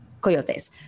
coyotes